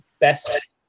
best